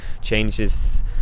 changes